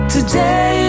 Today